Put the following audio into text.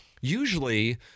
Usually